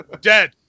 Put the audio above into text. dead